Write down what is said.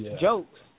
jokes